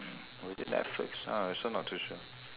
or is it netflix uh I also not too sure